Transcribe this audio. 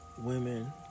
women